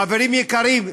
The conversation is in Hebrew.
חברים יקרים,